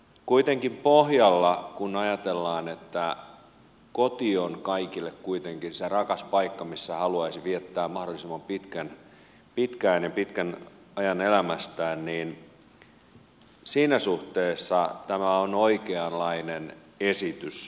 kuitenkin pohjalla kun ajatellaan että koti on kaikille kuitenkin se rakas paikka missä haluaisi viettää mahdollisimman pitkän ajan elämästään niin siinä suhteessa tämä on oikeanlainen esitys